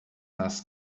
nas